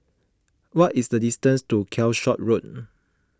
what is the distance to Calshot Road